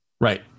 Right